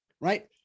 Right